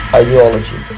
ideology